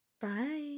Bye